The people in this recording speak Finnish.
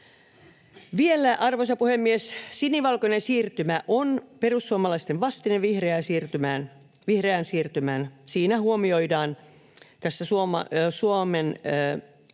Vielä, arvoisa puhemies: Sinivalkoinen siirtymä on perussuomalaisten vastine vihreään siirtymään. Tässä perussuomalaisten